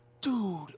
Dude